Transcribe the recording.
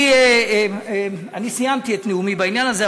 אני סיימתי את נאומי בעניין הזה,